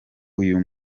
uyu